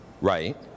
Right